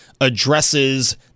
addresses